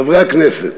חברי הכנסת,